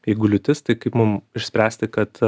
jeigu liūtis tai kaip mum išspręsti kad